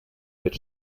wird